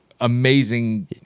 amazing